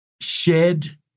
shared